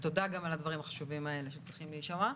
ותודה גם על הדברים החשובים האלה שצריכים להישמע.